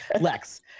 Lex